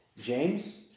James